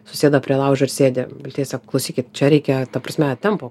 susėda prie laužo ir sėdi tiesiog klausykit čia reikia ta prasme tempo